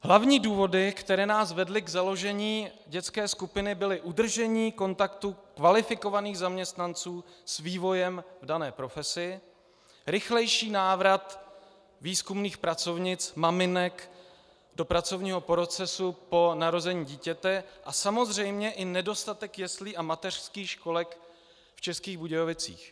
Hlavní důvody, které nás vedly k založení dětské skupiny, byly udržení kontaktu kvalifikovaných zaměstnanců s vývojem v dané profesi, rychlejší návrat výzkumných pracovnic maminek do pracovního procesu po narození dítěte a samozřejmě i nedostatek jeslí a mateřských školek v Českých Budějovicích.